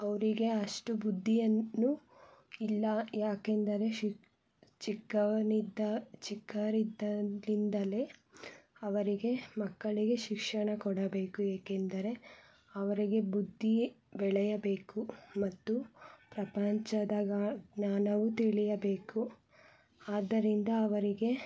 ಅವರಿಗೆ ಅಷ್ಟು ಬುದ್ಧಿಯನ್ನು ಇಲ್ಲ ಯಾಕೆಂದರೆ ಶಿಕ್ ಚಿಕ್ಕವನಿದ್ದ ಚಿಕ್ಕವರಿದ್ದಾಗಿಂದಲೇ ಅವರಿಗೆ ಮಕ್ಕಳಿಗೆ ಶಿಕ್ಷಣ ಕೊಡಬೇಕು ಏಕೆಂದರೆ ಅವರಿಗೆ ಬುದ್ಧಿ ಬೆಳೆಯಬೇಕು ಮತ್ತು ಪ್ರಪಂಚದ ಜ್ಞಾನವೂ ತಿಳಿಯಬೇಕು ಆದ್ದರಿಂದ ಅವರಿಗೆ